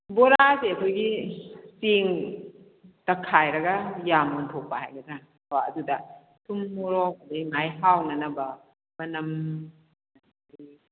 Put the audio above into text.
ꯕꯣꯔꯥꯁꯦ ꯑꯩꯈꯣꯏꯒꯤ ꯆꯦꯡ ꯇꯛꯈꯥꯏꯔꯒ ꯌꯥꯝ ꯑꯣꯟꯊꯣꯛꯄ ꯍꯥꯏꯒꯗ꯭ꯔꯥ ꯀꯣ ꯑꯗꯨꯗ ꯊꯨꯝ ꯃꯣꯔꯣꯛ ꯑꯗꯒꯤ ꯃꯥꯏ ꯍꯥꯎꯅꯅꯕ ꯃꯅꯝ